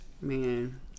Man